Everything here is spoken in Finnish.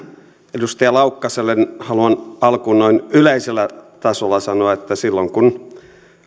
edustaja laukkaselle haluan alkuun noin yleisellä tasolla sanoa että silloin kun